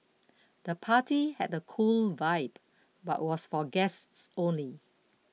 the party had a cool vibe but was for guests only